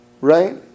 right